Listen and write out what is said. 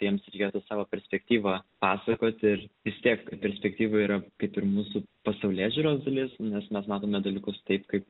tai jiems reikėtų savo perspektyvą pasakoti ir vis tiek perspektyva yra kaip ir mūsų pasaulėžiūros dalis nes mes matome dalykus taip kaip